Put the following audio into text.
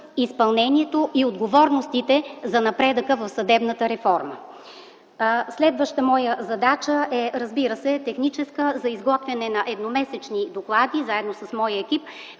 изпълнението и отговорностите за напредъка в съдебната реформа. Следващата моя задача, разбира се, е техническа – изготвяне на едномесечни доклади заедно с моя екип,